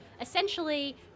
essentially